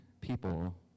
people